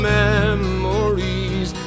memories